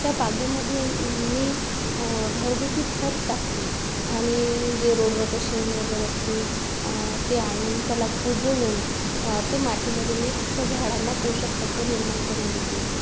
त्या बागेमध्ये मी घरगुती खत टाकते आणि जे रोडवरचं शेण वगैरे असते ते आणून त्याला कुजवून ते मातीमध्ये मी त्या झाडांना पोषकतत्त्व निर्माण करून देते